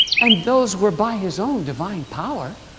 and those were by his own divine power